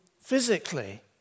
physically